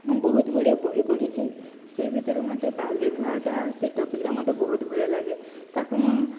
ମୁଁ ବହୁତ ଗୁଡ଼ିଏ ବହି ପଢ଼ିଛି ସେହି ଭିତରୁ ମୋତେ ବାଲ୍ୟ ବିବାହଟା ସେହି ଟପିକ୍ଟା ମୋତେ ବହୁତ ଭଲ ଲାଗେ ତାକୁ ମୁଁ